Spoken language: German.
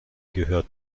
gehört